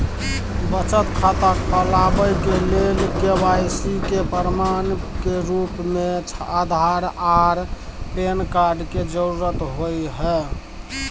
बचत खाता खोलाबय के लेल के.वाइ.सी के प्रमाण के रूप में आधार आर पैन कार्ड के जरुरत होय हय